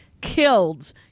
killed